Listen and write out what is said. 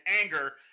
anger